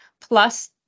plus